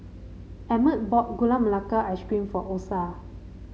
Emmett bought Gula Melaka Ice Cream for Osa